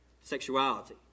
sexuality